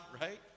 right